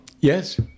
Yes